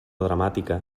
dramàtica